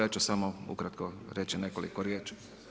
Ja ću samo ukratko reći nekoliko riječi.